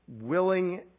willing